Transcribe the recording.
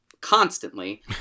constantly